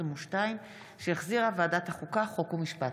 התשפ"ב 2022, שהחזירה ועדת החוקה, חוק ומשפט.